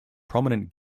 prominent